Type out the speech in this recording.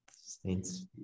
Saints